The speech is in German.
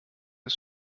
ist